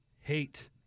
hate